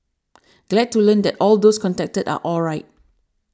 glad to learn that all those contacted are alright